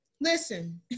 Listen